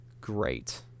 Great